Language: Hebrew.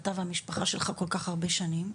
אתה והמשפחה שלך כל כך הרבה שנים.